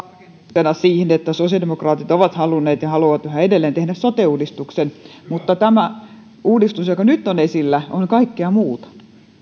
tarkennuksena siihen että sosiaalidemokraatit ovat halunneet ja haluavat yhä edelleen tehdä sote uudistuksen mutta tämä uudistus joka nyt on esillä on kaikkea muuta